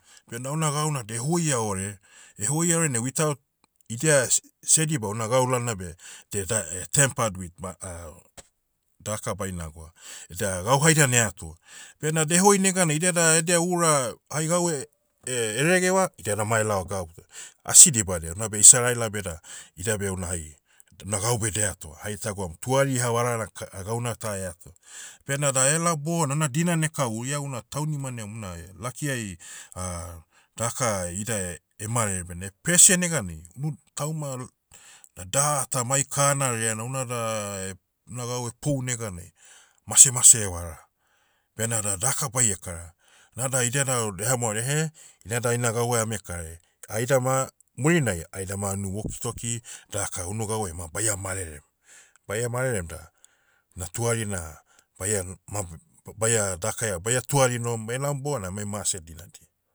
Benda houna gau na dehoia ore, ehoia orenai without, idia s- sediba una gau lalonai beh, de- da- eh- tampered with, ba- a- daka baina gwa, eda gau haida na eato. Bena dehoi neganai idia da edia ura, hai gau eh- eh- eregeva, idia da ma elaova gabuta. Asi dibadia unabe isaraela beda, idia beh una hai, d- na gau beh dehato. Hai tagwaum, tuari havarana k- gauna ta eato. Benada ela bona una dinana ekau, ia una taunima niam una lakiai, daka ida emarere bena presia neganai, unu tauma, l- da daha ta mai kana reana unada, unagau epou neganai, mase mase evara. Benada daka baie kara. Nada idia da dehamaorodia ehe, inada ina gauai ame karae. Haidama, murinai, aidama nu woki toki, daka unu gauai ma baia marerem. Baia marerem da, na tuari na, baia n- mab- baia dakaia, baia tuari nom elaom bona emai mase dinadi.